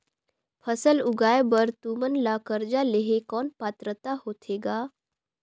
फसल उगाय बर तू मन ला कर्जा लेहे कौन पात्रता होथे ग?